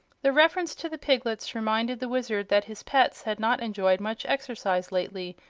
the reference to the piglets reminded the wizard that his pets had not enjoyed much exercise lately,